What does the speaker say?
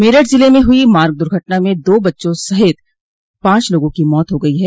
मेरठ जिले में हुई मार्ग दुर्घटना में दो बच्चों सहित पांच लोगों की मौत हो गई है